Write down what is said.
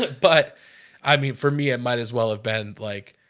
but but i mean for me it might as well have been like,